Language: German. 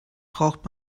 braucht